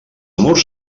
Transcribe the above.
murs